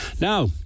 Now